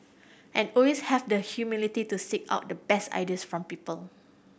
and always have the humility to seek out the best ideas from people